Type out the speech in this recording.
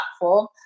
platform